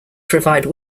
provide